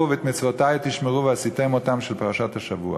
ואת מצותי תשמרו ועשיתם אֹתם" שבפרשת השבוע.